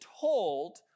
told